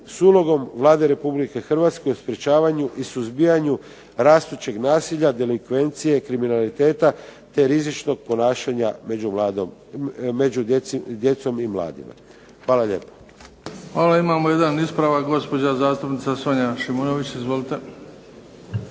s ulogom Vlade Republike Hrvatske o sprečavanju i suzbijanju rastućeg nasilja delikvencije, kriminaliteta te rizičnog ponašanja među djecom i mladima. Hvala lijepa. **Bebić, Luka (HDZ)** Hvala. Imamo jedan ispravak, gospođa zastupnica Sonja Šimunović. Izvolite.